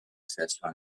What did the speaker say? création